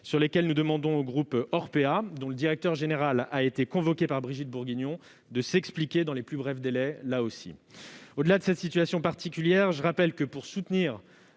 sur lesquelles nous demandons au groupe Orpéa, dont le directeur général a été convoqué par Brigitte Bourguignon, de s'expliquer, là aussi, dans les plus brefs délais. Au-delà de cette situation particulière, je rappelle que le